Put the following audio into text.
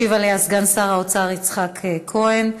ישיב סגן שר האוצר יצחק כהן.